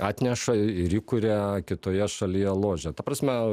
atneša ir įkuria kitoje šalyje ložę ta prasme